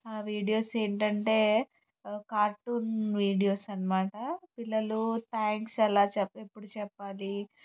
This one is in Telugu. ఆ వీడియోస్ ఏంటంటే కార్టూను వీడియోస్ అనమాట పిల్లలు థ్యాంక్స్ ఎలా చెప్పాలి ఎప్పుడు చెప్పాలి